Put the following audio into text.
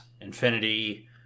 infinity